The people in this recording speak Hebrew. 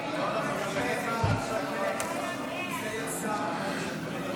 הוא לא יודע להיות ממלכתי.